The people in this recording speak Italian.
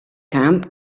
camp